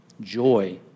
joy